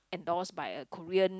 endorsed by a Korean